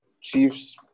Chiefs